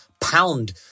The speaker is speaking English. pound